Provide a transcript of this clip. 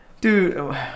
Dude